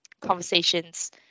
conversations